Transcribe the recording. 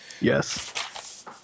Yes